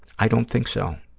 i don't think so.